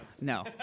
No